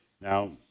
Now